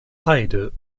heide